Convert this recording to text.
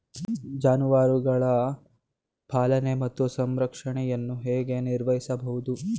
ಜಾನುವಾರುಗಳ ಪಾಲನೆ ಮತ್ತು ಸಂರಕ್ಷಣೆಯನ್ನು ಹೇಗೆ ನಿರ್ವಹಿಸಬಹುದು?